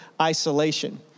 isolation